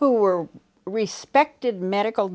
who were respected medical